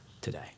today